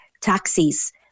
taxis